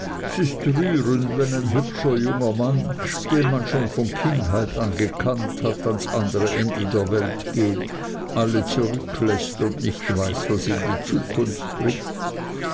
rührend wenn ein hübscher junger mann den man schon von kindheit an gekannt hat ans andere ende der welt geht alle zurückläßt und nicht weiß was ihm die zukunft bringt